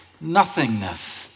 nothingness